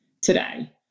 today